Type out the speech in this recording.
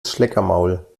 schleckermaul